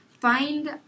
find